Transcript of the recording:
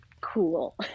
cool